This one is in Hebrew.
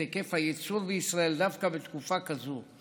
היקף הייצור בישראל דווקא בתקופה כזאת.